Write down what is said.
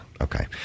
Okay